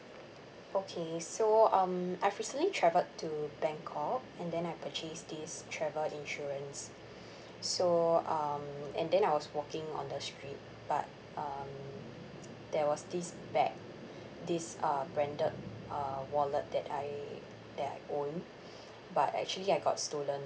okay so um I've recently traveled to bangkok and then I purchased this travel insurance so um and then I was walking on the street but um there was this bag this uh branded uh wallet that I that I own but actually I got stolen